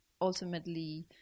ultimately